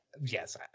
yes